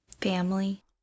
family